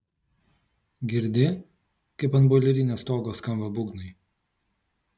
girdi kaip ant boilerinės stogo skamba būgnai